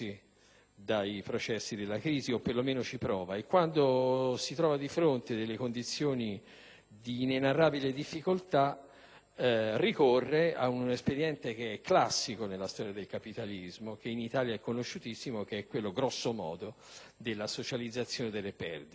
dai processi della crisi, o perlomeno ci prova. Quando il sistema delle grandi imprese si trova di fronte a condizioni di inenarrabile difficoltà, esso ricorre a un espediente che è classico nella storia del capitalismo, che in Italia è conosciutissimo, che è quello - grosso modo - della socializzazione delle perdite.